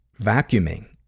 vacuuming